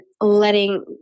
letting